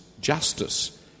justice